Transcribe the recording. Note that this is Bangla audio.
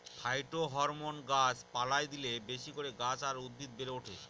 ফাইটোহরমোন গাছ পালায় দিলে বেশি করে গাছ আর উদ্ভিদ বেড়ে ওঠে